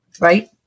Right